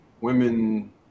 women